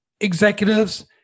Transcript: executives